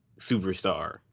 superstar